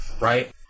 right